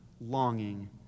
longing